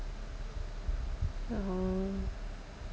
um